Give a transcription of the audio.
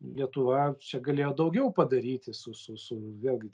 lietuva čia galėjo daugiau padaryti su su su vėlgi